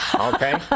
Okay